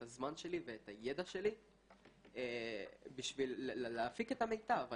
את הזמן שלי ואת הידע שלי בשביל להפיק את המיטב.